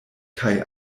kaj